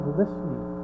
listening